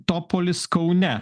topolis kaune